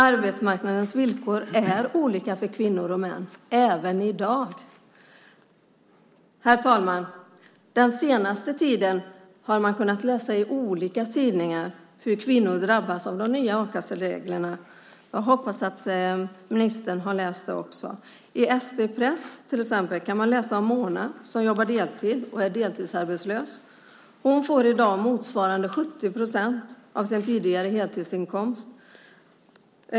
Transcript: Arbetsmarknadens villkor är olika för kvinnor och män, även i dag. Herr talman! Den senaste tiden har man kunnat läsa i olika tidningar hur kvinnor drabbas av de nya a-kassereglerna. Jag hoppas att ministern också har läst det. I ST Press till exempel kan man läsa om Mona som jobbar deltid och är deltidsarbetslös. Hon får i dag motsvarande 70 procent av sin tidigare heltidsinkomst.